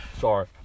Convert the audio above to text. Sorry